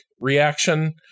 reaction